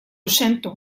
sento